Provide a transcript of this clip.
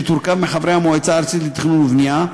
שתורכב מחברי המועצה הארצית לתכנון ובנייה,